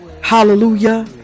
hallelujah